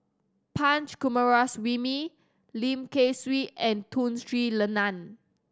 Punch Coomaraswamy Lim Kay Siu and Tun Sri Lanang